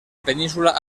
península